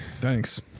Thanks